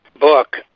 book